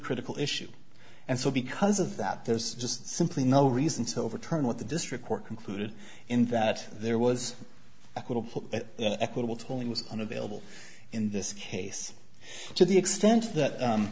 critical issue and so because of that there's just simply no reason to overturn what the district court concluded in that there was a little put an equitable tone was unavailable in this case to the extent that